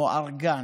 כמו ארגן,